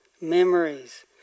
memories